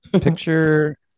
Picture